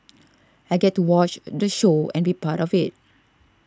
I get to watch the show and be part of it